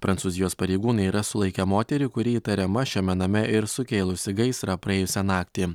prancūzijos pareigūnai yra sulaikę moterį kuri įtariama šiame name ir sukėlusi gaisrą praėjusią naktį